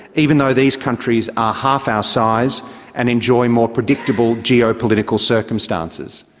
even though these countries are half our size and enjoy more predictable geopolitical circumstances.